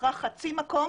שכרה חצי מקום